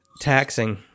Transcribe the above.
taxing